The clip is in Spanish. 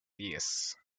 diez